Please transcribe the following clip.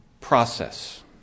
process